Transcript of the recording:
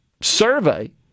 survey